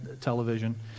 television